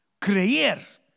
creer